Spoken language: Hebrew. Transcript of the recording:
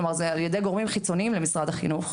אלא על ידי גורמים חיצוניים למשרד החינוך.